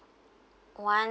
one